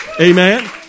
amen